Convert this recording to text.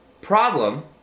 problem